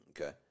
Okay